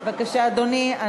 בבקשה, אדוני.